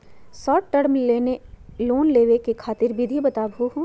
Short term loan लेवे खातीर विधि बताहु हो?